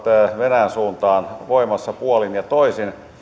venäjän suuntaan voimassa puolin ja toisin